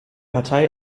partei